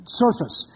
surface